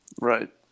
Right